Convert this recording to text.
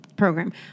program